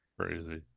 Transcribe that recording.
Crazy